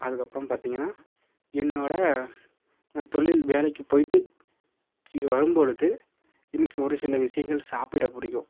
அதுக்கப்புறம் பார்த்திங்கன்னா என்னோடய தொழில் வேலைக்கு போயிட்டு கி வரும்பொழுது எனக்கு ஒரு சில விஷயங்கள் சாப்பிட பிடிக்கும்